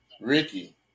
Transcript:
Ricky